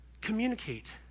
communicate